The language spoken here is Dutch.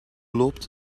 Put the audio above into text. loopt